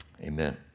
Amen